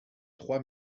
trois